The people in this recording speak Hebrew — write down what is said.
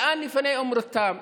לאן נפנה את אום-רתאם?